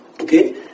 Okay